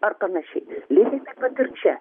ar panašiai lygiai taip pat ir čia